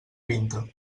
pinta